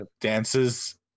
dances